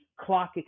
clock